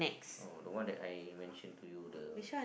oh the one that I mention to you the